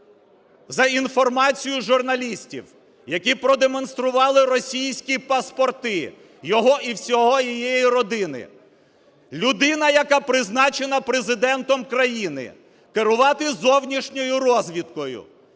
за інформацією журналістів, які продемонстрували російські паспорти його і всього його родини. Людина, яка призначена Президентом країни керувати зовнішньою розвідкою